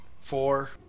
four